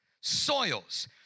Soils